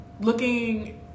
looking